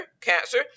cancer